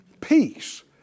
Peace